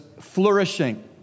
flourishing